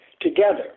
together